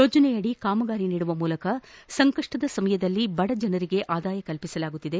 ಯೋಜನೆಯಡಿ ಕಾಮಗಾರಿ ನೀಡುವ ಮೂಲಕ ಸಂಕಪ್ಷದ ಸಮಯದಲ್ಲಿ ಬಡಜನರಿಗೆ ಆದಾಯ ಕಲ್ಪಿಸಲಾಗುತ್ತಿದೆ